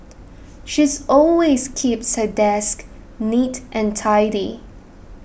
she's always keeps her desk neat and tidy